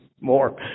more